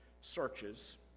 searches